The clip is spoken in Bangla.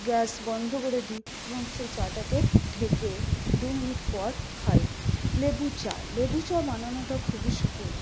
গ্যাস বন্ধ করে দিই এবং সেই চাটাকে ঢেকে দু মিনিট পর খাই লেবু চা লেবুচা বানানোটা খুবই সহজ